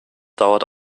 dauerte